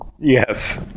Yes